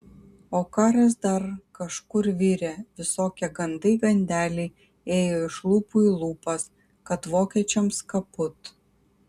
o karas dar kažkur virė visokie gandai gandeliai ėjo iš lūpų į lūpas kad vokiečiams kaput